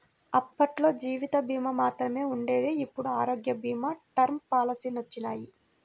అప్పట్లో జీవిత భీమా మాత్రమే ఉండేది ఇప్పుడు ఆరోగ్య భీమా, టర్మ్ పాలసీలొచ్చినియ్యి